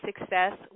success